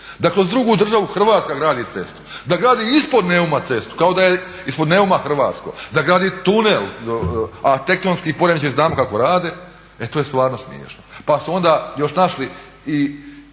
da kroz drugu državu Hrvatska gradi cestu, da gradi ispod Neuma cestu kao da je ispod Neuma hrvatsko, da gradi tunel, a tektonski poremećaji znamo kako rade e to je stvarno smiješno. Pa su onda još našli i